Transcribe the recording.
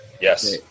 Yes